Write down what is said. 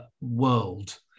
world